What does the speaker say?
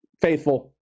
faithful